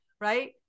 Right